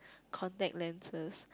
contact lenses